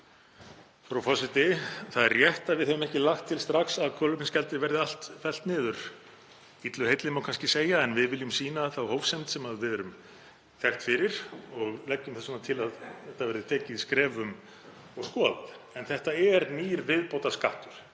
Frú forseti. Það er rétt að við höfum ekki lagt til að kolefnisgjaldið verði allt fellt niður strax, illu heilli má kannski segja, en við viljum sýna þá hófsemd sem við erum þekkt fyrir og leggjum þess vegna til að það verði tekið í skrefum og skoðað. Þetta er nýr viðbótarskattur